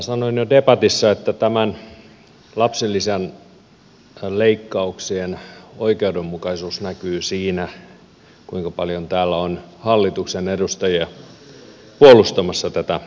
sanoin jo debatissa että tämän lapsilisäleikkauksen oikeudenmukaisuus näkyy siinä kuinka paljon täällä on hallituksen edustajia puolustamassa tätä päätöstä